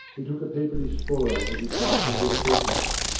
he took a peep at his spoil as he passed under a street lamp,